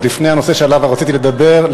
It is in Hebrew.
עוד לפני הנושא שעליו שרציתי לדבר,